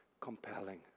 compelling